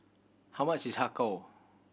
how much is Har Kow